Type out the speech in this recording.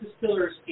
distillers